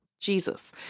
Jesus